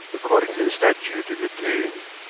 according to the statute of the town,